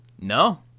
No